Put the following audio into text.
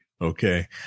okay